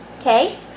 Okay